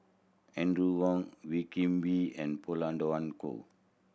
Audrey Wong Wee Kim Wee and Pauline Dawn Loh